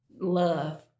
love